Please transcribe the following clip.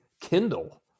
Kindle